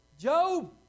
Job